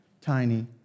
tiny